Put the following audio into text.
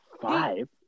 Five